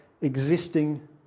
existing